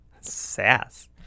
Sass